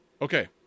Okay